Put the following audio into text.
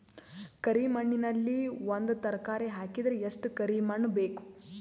ಕರಿ ಮಣ್ಣಿನಲ್ಲಿ ಒಂದ ತರಕಾರಿ ಹಾಕಿದರ ಎಷ್ಟ ಕರಿ ಮಣ್ಣು ಬೇಕು?